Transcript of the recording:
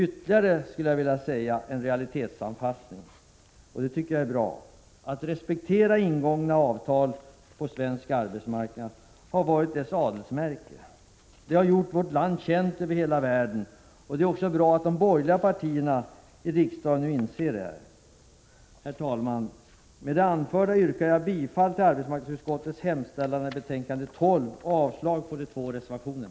Det är, skulle jag vilja säga, ytterligare en realitetsanpassning, och det är bra. Att respektera ingångna avtal på svensk arbetsmarknad har varit ett adelsmärke. Det har gjort vårt land känt över hela världen. Det är bra att de borgerliga partierna i riksdagen nu inser detta. Herr talman! Med det anförda yrkar jag bifall till arbetsmarknadsutskottets hemställan i betänkande 12 och avslag på de två reservationerna.